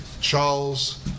Charles